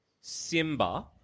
Simba